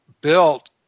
built